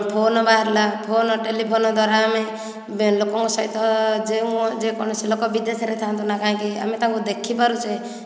phone ବାହାରିଲା phone telephone ଦ୍ଵାରା ଆମେ ଲୋକଙ୍କ ସହିତ ଯେଉଁ ଯେକୌଣସି ଲୋକ ବିଦେଶରେ ଥାଆନ୍ତୁ ନା କାହିଁକି ଆମେ ତାଙ୍କୁ ଦେଖିପାରୁଛେ